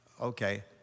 Okay